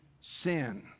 sin